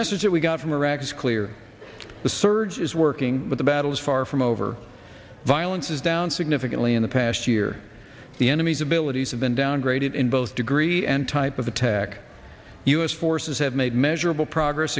message that we got from iraqis clear the surge is working but the battle is far from over violence is down significantly in the past year the enemy's abilities have been downgraded in both degree and type of attack u s forces have made measurable progress